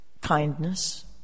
kindness